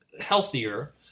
healthier